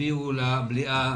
הביאו למליאה,